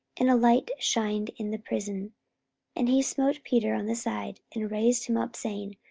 and a light shined in the prison and he smote peter on the side, and raised him up, saying,